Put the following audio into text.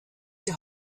die